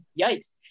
yikes